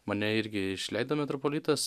mane irgi išleido metropolitas